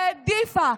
והעדיפה,